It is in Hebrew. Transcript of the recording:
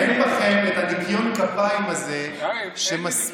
אין בכם את ניקיון הכפיים הזה שמספיק,